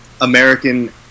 American